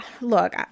Look